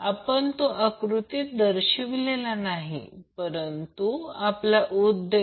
तर हे वॅटमीटर आहे आणि ते पॉवर P1 मोजते आणि स्टार प्रकारचा लोड घेतला जातो असे समजा